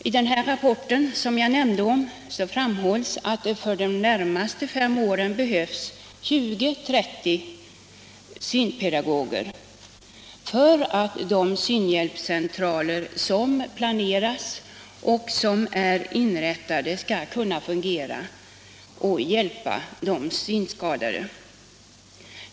I den rapport som jag nämnde framhålls att det för de närmaste fem åren behövs 20-30 synpedagoger för att de synhjälpscentraler som planeras och som är inrättade skall kunna fungera och hjälpa de synskadade.